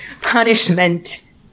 Punishment